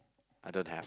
I don't have